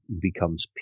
becomes